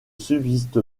subsiste